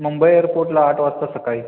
मुंबई एयरपोर्टला आठ वाजता सकाळी